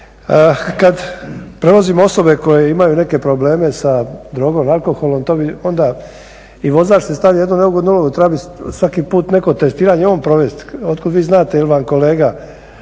Kad prevozimo osobe koje imaju neke probleme sa drogom, alkoholom to bi onda i vozač se stavlja u jednu neugodnu ulogu. Treba bi svaki put neko testiranje on provesti. Otkud vi znate jel' vam kolega